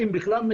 אם הוא מקבל,